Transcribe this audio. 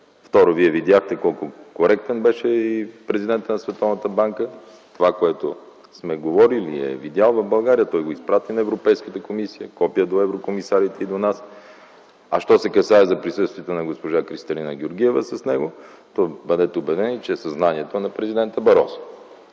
Второ, Вие видяхте колко коректен беше и президентът на Световната банка. Това, което сме говорили и е видял в България, той го изпрати на Европейската комисия, копие до еврокомисарите и до нас. Що се касае до присъствието на госпожа Кристалина Георгиева с него, то бъдете убедени, че е със знанието на президента Барозу.